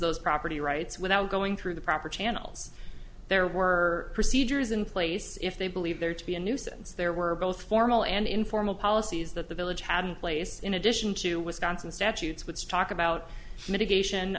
those property rights without going through the proper channels there were procedures in place if they believe there to be a nuisance there were both formal and informal policies that the village had been place in addition to wisconsin statutes which talk about mitigation